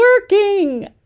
working